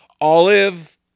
Olive